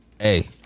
Hey